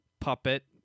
puppet